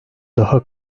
daha